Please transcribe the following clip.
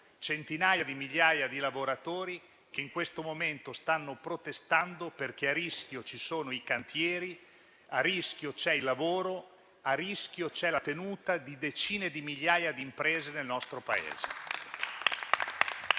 centinaia di milioni di lavoratori che in questo momento stanno protestando, perché a rischio ci sono i cantieri, il lavoro e la tenuta di decine di migliaia di imprese nel nostro Paese.